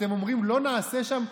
אתם אומרים: לא נעשה שם,